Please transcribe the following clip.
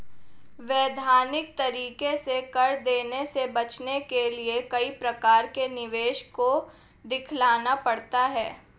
वैधानिक तरीके से कर देने से बचने के लिए कई प्रकार के निवेश को दिखलाना पड़ता है